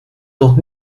noch